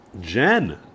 Jen